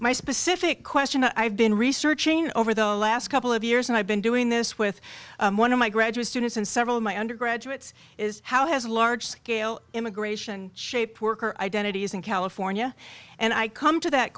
my specific question i've been researching over the last couple of years and i've been doing this with one of my graduate students and several of my undergraduates is how has large scale immigration shaped worker identities in california and i come to that